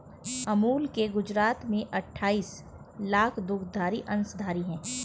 अमूल के गुजरात में अठाईस लाख दुग्धधारी अंशधारी है